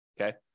Okay